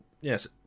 Yes